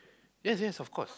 yes yes of course